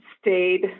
stayed